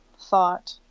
thought